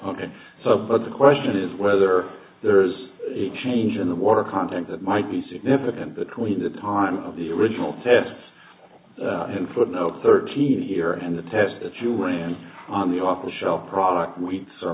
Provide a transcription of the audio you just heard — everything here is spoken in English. but the question is whether there's a change in the water content that might be significant between the time of the original tests and footnote thirteen here and the test that you ran on the off the shelf product weeks or